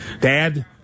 Dad